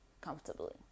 comfortably